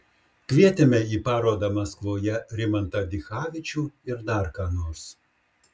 kvietėme į parodą maskvoje rimantą dichavičių ir dar ką nors